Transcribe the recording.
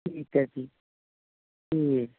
ਠੀਕ ਆ ਜੀ ਅਤੇ